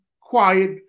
quiet